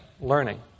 learning